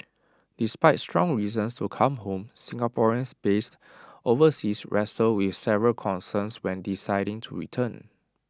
despite strong reasons to come home Singaporeans based overseas wrestle with several concerns when deciding to return